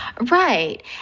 right